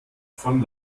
von